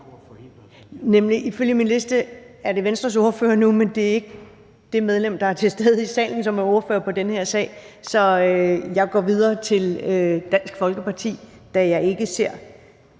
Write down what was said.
Ifølge min liste er det Venstres ordfører nu, men det er ikke det medlem, der er til stede i salen, som er ordfører på den her sag, så jeg går videre til Dansk Folkeparti, da jeg ikke ser